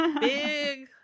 Big